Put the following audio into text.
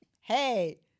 hey